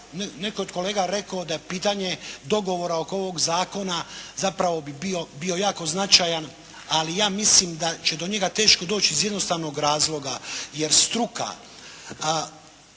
je od kolega rekao da pitanje dogovora oko ovog zakona zapravo bi bio jako značajan ali ja mislim da će do njega teško doći iz jednostavno razloga, jer struka,